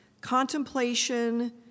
Contemplation